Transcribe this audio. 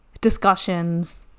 discussions